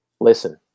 listen